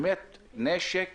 אבל יש נשק